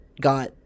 got